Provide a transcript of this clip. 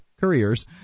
couriers